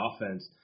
offense